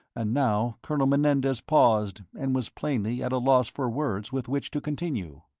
and now colonel menendez paused and was plainly at a loss for words with which to continue.